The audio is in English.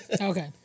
Okay